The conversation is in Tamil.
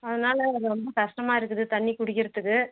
அதனால் ரொம்ப ரொம்ப கஷ்டமாக இருக்குது தண்ணி குடிக்கிறதுக்கு